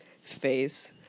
face